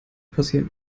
passieren